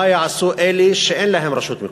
מה יעשו אלה שאין להם רשות מקומית?